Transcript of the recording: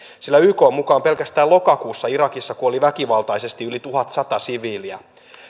sillä ykn mukaan pelkästään lokakuussa irakissa kuoli väkivaltaisesti yli tuhatsata siviiliä